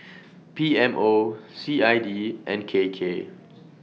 P M O C I D and K K